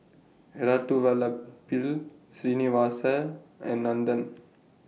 Elattuvalapil Srinivasa and Nandan